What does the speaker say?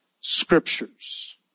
scriptures